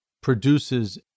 produces